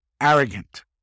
arrogant